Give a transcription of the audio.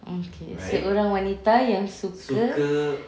okay seorang wanita yang suka